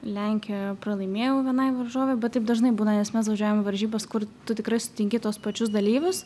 lenkijoje pralaimėjau vienai varžovei bet taip dažnai būna nes mes važiuojam į varžybas kur tu tikrai sutinki tuos pačius dalyvius